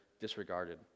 disregarded